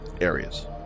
areas